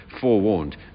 forewarned